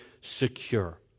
secure